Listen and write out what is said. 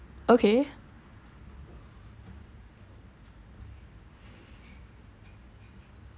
okay